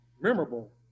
memorable